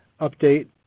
update